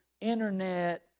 internet